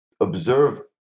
observe